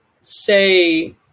say